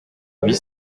huit